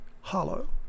hollow